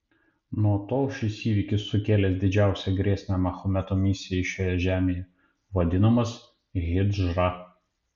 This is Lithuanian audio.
nuo tol šis įvykis sukėlęs didžiausią grėsmę mahometo misijai šioje žemėje vadinamas hidžra